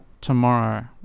tomorrow